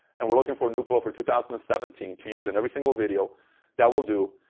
and we're looking for a new pillow for two thousand and seventeen to use in every single video that we'll do.